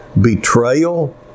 betrayal